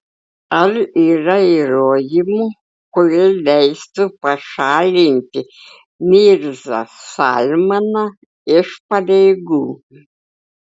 ar yra įrodymų kurie leistų pašalinti mirzą salmaną iš pareigų